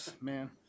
man